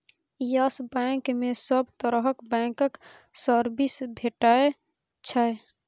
yes Bank मे सब तरहक बैंकक सर्विस भेटै छै